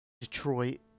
Detroit